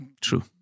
True